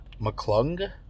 McClung